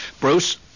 Bruce